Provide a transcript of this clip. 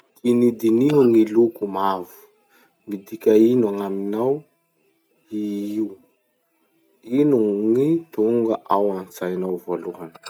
Dinidiniho gny loko mavo. Midika ino gn'aminao io? Ino gny tonga antsainao voalohany?